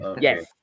yes